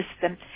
system